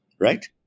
right